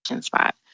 spot